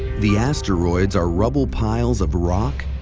the asteroids are rubble piles of rock,